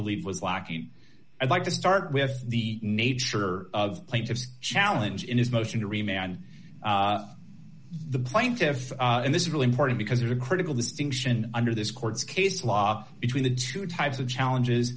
believe was lacking i'd like to start with the nature of plaintiff's challenge in his motion to remain on the plaintiff and this is really important because there's a critical distinction under this court's case law between the two types of challenges